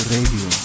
Radio